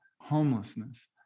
homelessness